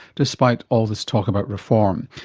despite all this talk about reform.